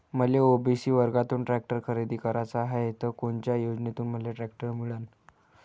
मले ओ.बी.सी वर्गातून टॅक्टर खरेदी कराचा हाये त कोनच्या योजनेतून मले टॅक्टर मिळन?